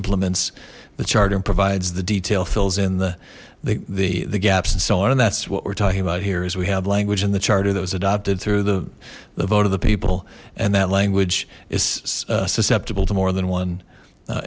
implements the charter provides the detail fills in the the the gaps and so on and that's what we're talking about here is we have language and the charter that was adopted through the vote of the people and that language is susceptible to more than one